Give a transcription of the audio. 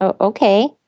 okay